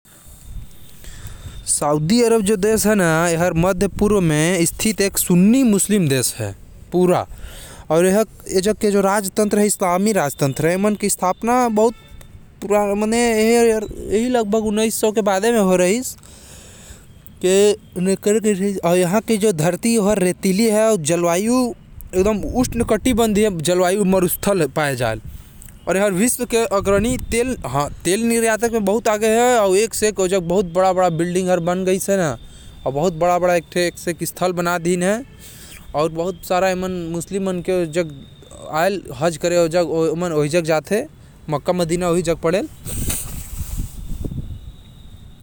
Saudi Arab हर एक मध्य पूर्व म बसिस सुन्नी मुस्लिम देश हवे। एमन के मूसलिमि राजतंत्र हवे, जेकर स्थापना उन्नीस सौ के बादे होइस हवे, जेकर धरती एकदम रेतीली होथे। मक्काह-मदीना भी वही स्थित हवे।